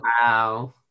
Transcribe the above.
Wow